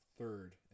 third